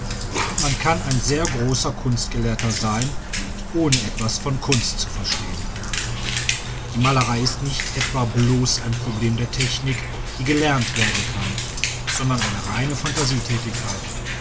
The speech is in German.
und man kann ein sehr großer kunstgelehrter sein ohne etwas von kunst zu verstehen die malerei ist nicht etwa bloß ein problem der technik die gelernt werden kann sondern eine reine